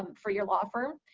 um for your law firm.